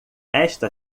esta